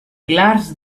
clars